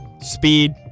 Speed